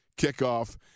kickoff